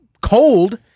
cold